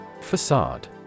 Facade